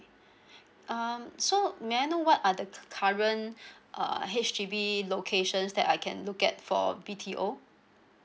um so may I know what are the current err H_D_B locations that I can look at for B_T_O